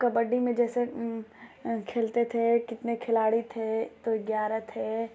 कबड्डी में जैसे खेलते थे कितने खिलाड़ी थे तो ग्यारह थे